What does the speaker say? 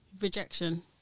rejection